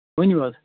ؤنِو حظ